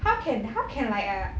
how can how can like a